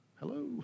Hello